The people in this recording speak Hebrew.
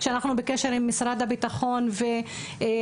שאנחנו בקשר עם משרד הביטחון והמל"ג,